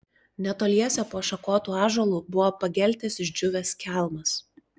netoliese po šakotu ąžuolu buvo pageltęs išdžiūvęs kelmas